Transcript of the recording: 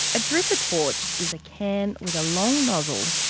a dripper torch is a can with a long nozzle,